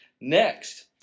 next